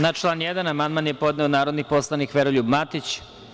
Na član 1. amandman je podneo narodni poslanik Veroljub Matić.